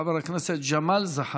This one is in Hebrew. חבר הכנסת ג'מאל זחאלקה.